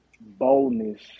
boldness